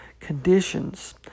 conditions